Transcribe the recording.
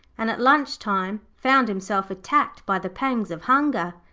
and at lunch time found himself attacked by the pangs of hunger.